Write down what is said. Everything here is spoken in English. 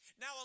Now